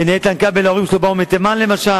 הנה, איתן כבל, ההורים שלו באו מתימן למשל,